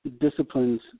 disciplines